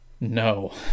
No